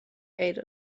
ate